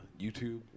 YouTube